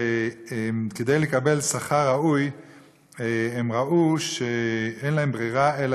שכדי לקבל שכר ראוי הם ראו שאין להם ברירה אלא